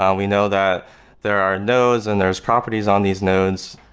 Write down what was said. um we know that there are nodes and there's properties on these nodes,